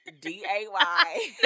D-A-Y